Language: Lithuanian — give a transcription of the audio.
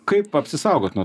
kaip apsisaugot nuo